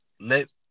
let